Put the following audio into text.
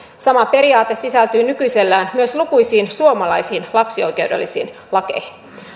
sama periaate sisältyy nykyisellään myös lukuisiin suomalaisiin lapsioikeudellisiin lakeihin